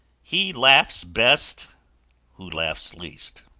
he laughs best who laughs least.